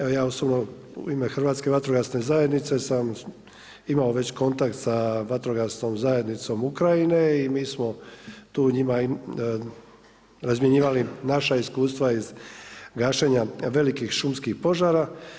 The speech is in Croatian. Evo ja osobno u ime Hrvatska vatrogasne zajednice sam imao već kontakt sa Vatrogasnom zajednicom Ukrajine i mi smo razmjenjivali naša iskustva iz gašenja velikih šumskih požara.